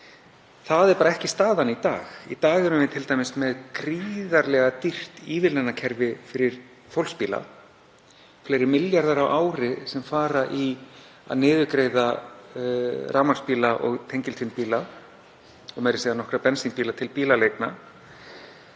Það er bara ekki staðan í dag. Í dag erum við t.d. með gríðarlega dýrt ívilnanakerfi fyrir fólksbíla, fleiri milljarðar á ári sem fara í að niðurgreiða rafmagnsbíla og tengiltvinnbíla og meira að segja nokkra bensínbíla til bílaleigna.